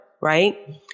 right